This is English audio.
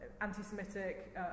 anti-Semitic